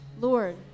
Lord